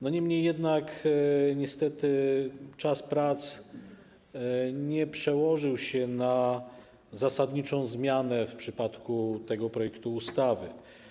Niemniej jednak niestety czas prac nie przełożył się na zasadniczą zmianę w przypadku tego projektu ustawy.